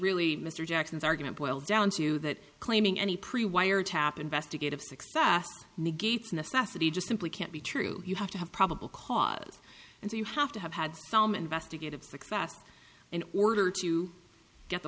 really mr jackson's argument boils down to that claiming any prewire tap investigative success negates necessity just simply can't be true you have to have probable cause and you have to have had some investigative success in order to get the